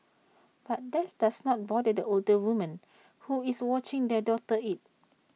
but that does not bother the older woman who is watching their daughter eat